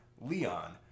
Leon